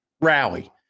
rally